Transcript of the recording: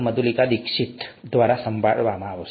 મધુલિકા દીક્ષિત દ્વારા સંભાળવામાં આવશે